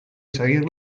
seguir